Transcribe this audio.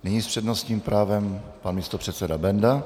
Nyní s přednostním právem pan místopředseda Benda.